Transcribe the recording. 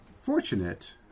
fortunate